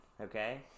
Okay